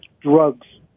drugs